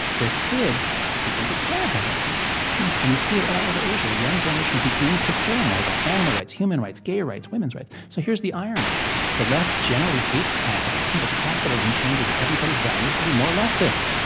their kids begin to care about all these things. and you see it all over asia. the young generation begins to care more about animal rights, human rights, gay rights, women's rights. so here's the irony the left generally hates capitalism, but capitalism changes everybody's values to be more leftist